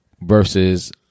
versus